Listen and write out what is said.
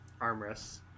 Armrests